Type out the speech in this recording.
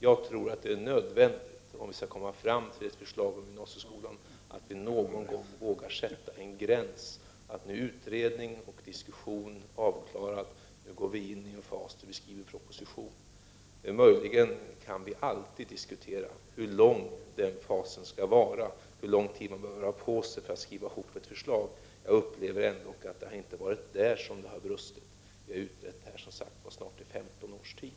Jag tror att det är nödvändigt, om vi skall komma fram till ett förslag om gymnasieskolan, att vi någon gång vågar sätta en gräns för utredningar och diskussioner och gå in i en fas där vi skriver proposition. Möjligen kan vi alltid diskutera hur lång den fasen skall vara och hur lång tid man behöver för att skriva samman ett förslag. Jag upplever dock inte att det är därvidlag som det har brustit. Vi har, som sagt, utrett denna fråga i snart 15 års tid.